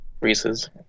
Reese's